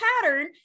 pattern